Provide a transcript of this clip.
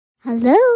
Hello